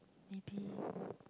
maybe